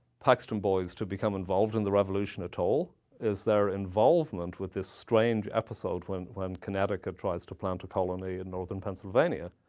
paxton boys to become involved in the revolution at all is their involvement with this strange episode when when connecticut tries to plant a colony in northern pennsylvania.